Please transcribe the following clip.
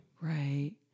right